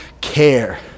care